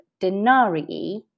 denarii